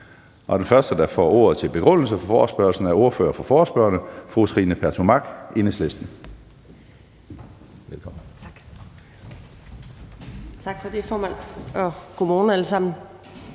Den første, der får ordet til begrundelse for forespørgslen, er ordføreren for forespørgerne, fru Trine Pertou Mach, Enhedslisten.